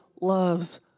loves